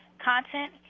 content,